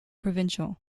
provincial